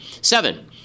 Seven